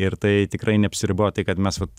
ir tai tikrai neapsiriboja tai kad mes vat